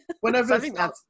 Whenever